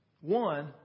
One